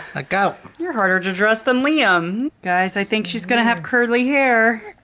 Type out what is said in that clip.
ah go you're harder to dress than liam guys i think she's gonna have curly hair